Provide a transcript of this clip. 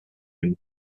hin